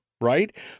Right